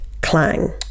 Clang